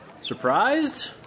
surprised